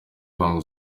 ruhango